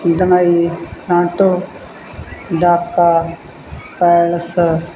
Dubai Toronto Dhaka Paris